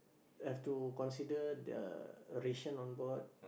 have to consider the ration on board